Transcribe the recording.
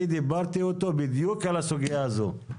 אני דיברתי איתו בדיוק על הסוגיה הזאת.